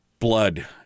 Blood